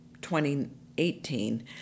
2018